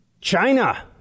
China